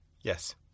Yes